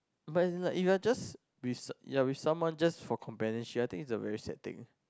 but as in like if you are just with you're with someone just for companionship I think is a very sad thing